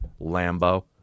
Lambo